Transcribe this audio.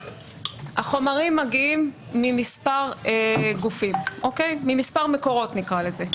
החומרים מגיעים ממספר גופים או ממספר מקורות נקרא לזה.